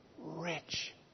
rich